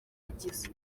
yagize